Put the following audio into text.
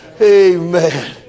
Amen